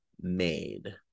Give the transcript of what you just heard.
made